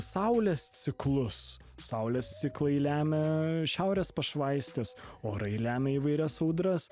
saulės ciklus saulės ciklai lemia šiaurės pašvaistes orai lemia įvairias audras